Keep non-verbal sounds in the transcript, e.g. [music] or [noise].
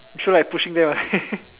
so like pushing them away [laughs]